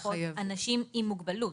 להנחות אנשים עם מוגבלות.